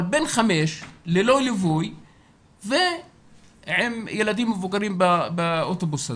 אבל בן 5 ללא ליווי ועם ילדים מבוגרים באוטובוס הזה,